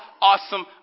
awesome